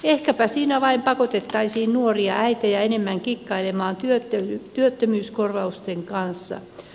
ehkäpä siinä vain pakotettaisiin nuoria äitejä enemmän kikkailemaan työttömyyskorvausten kanssa